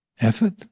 effort